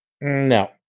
No